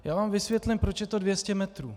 Já vám vysvětlím, proč je to 200 metrů.